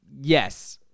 yes